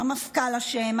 המפכ"ל אשם,